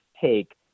take